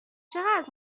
چقدر